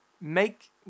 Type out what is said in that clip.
make